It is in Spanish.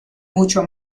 mucho